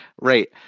Right